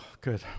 good